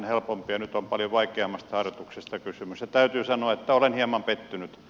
nyt on paljon vaikeammasta harjoituksesta kysymys ja täytyy sanoa että olen hieman pettynyt